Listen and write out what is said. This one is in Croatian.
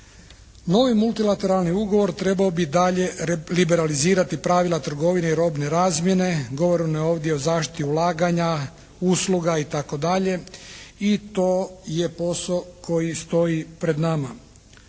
Novi multilateralni ugovor trebao bi dalje liberalizirati pravila trgovine i robne razmjene, govoreno je ovdje o zaštiti ulaganja, usluga itd. i to je posao koji stoji pred nama.